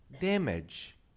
damage